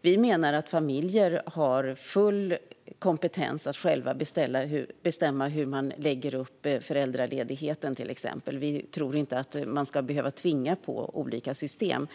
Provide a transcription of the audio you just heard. Vi menar att familjer har full kompetens att själva bestämma hur de lägger upp till exempel föräldraledigheten. Vi tycker inte att man ska tvingas på olika system.